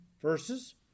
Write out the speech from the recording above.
verses